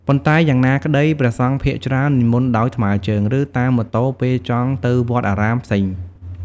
ប៉ុន្តែយ៉ាងណាក្ដី ព្រះសង្ឃភាគច្រើននិមន្តដោយថ្មើជើង ឬ តាមម៉ូតូពេលចង់ទៅវត្តអារាមផ្សេង។